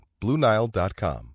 BlueNile.com